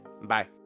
Bye